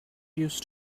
used